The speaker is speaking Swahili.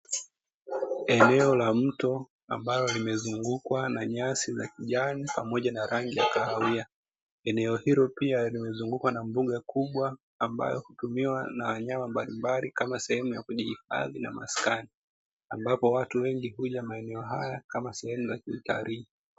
Eneo la mto ambalo linazungukwa na nyasi za kijani pamoja na rangi ya kahawia eneo ilo pia limezungukwa pia na mbuga kubwa, ambayo hutumiwa na wanyama mbalimbali ya kujihifadhi ya maskani ambapo watu wengi huja maeneo hayo kama sehemu ya kutalii.